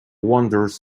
wanders